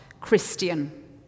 Christian